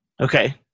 Okay